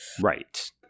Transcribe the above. Right